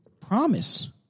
promise